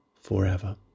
forever